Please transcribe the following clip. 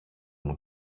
μου